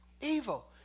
evil